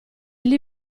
gli